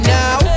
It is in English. now